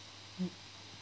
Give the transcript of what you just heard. mm